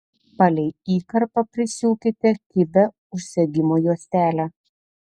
palei įkarpą prisiūkite kibią užsegimo juostelę